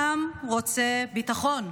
העם רוצה ביטחון,